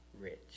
rich